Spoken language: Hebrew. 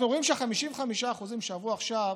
אנחנו רואים שה-55% שעברו עכשיו,